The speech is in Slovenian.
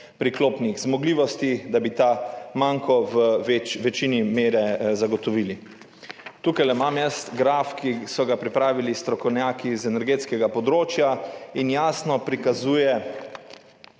priklopnih zmogljivosti, da bi ta manko v večini mere zagotovili. Tukajle imam graf / pokaže zboru/, ki so ga pripravili strokovnjaki z energetskega področja in jasno prikazuje,